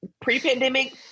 pre-pandemic